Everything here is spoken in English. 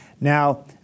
Now